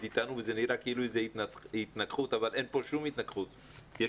אתנו וזה נראה כאילו זאת התנגחות אבל אין כאן שום התנגחות אלא יש